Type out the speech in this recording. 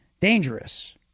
dangerous